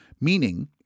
Meaning